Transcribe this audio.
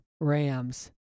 Rams